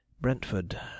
Brentford